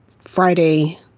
Friday